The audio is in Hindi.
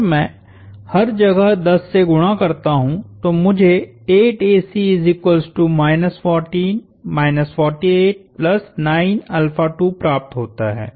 अगर मैं हर जगह 10 से गुणा करता हूं तो मुझे प्राप्त होता है